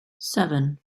seven